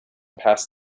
past